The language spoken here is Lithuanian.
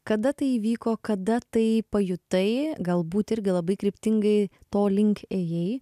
kada tai įvyko kada tai pajutai galbūt irgi labai kryptingai to link ėjai